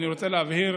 אני רוצה להבהיר